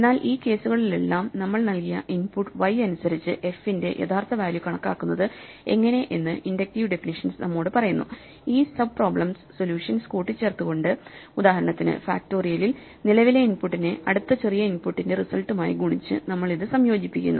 എന്നാൽ ഈ കേസുകളിലെല്ലാം നമ്മൾ നൽകിയ ഇൻപുട്ട് y അനുസരിച്ച് എഫ് ന്റെ യഥാർത്ഥ വാല്യൂ കണക്കാക്കുന്നത് എങ്ങനെ എന്ന് ഇൻഡക്റ്റീവ് ഡെഫിനിഷ്യൻസ് നമ്മോടു പറയുന്നു ഈ സബ് പ്രോബ്ലെംസ് സൊല്യൂഷൻസ് കൂട്ടിച്ചേർത്തു കൊണ്ട് ഉദാഹരണത്തിന് ഫാക്റ്റോറിയലിൽ നിലവിലെ ഇൻപുട്ടിനെ അടുത്ത ചെറിയ ഇൻപുട്ടിന്റെ റിസൾട്ടുമായി ഗുണിച്ച് നമ്മൾ ഇത് സംയോജിപ്പിക്കുന്നു